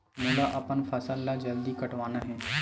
मोला अपन फसल ला जल्दी कटवाना हे?